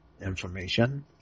Information